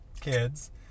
kids